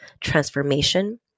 transformation